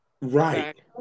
Right